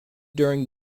during